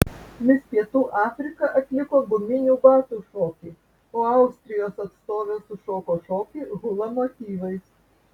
mis pietų afrika atliko guminių batų šokį o austrijos atstovė sušoko šokį hula motyvais